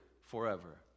forever